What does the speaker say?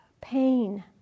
pain